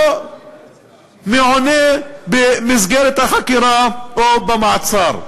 לא מעונה במסגרת החקירה או במעצר.